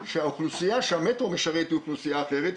שהאוכלוסייה שהמטרו משרת היא אוכלוסייה אחרת,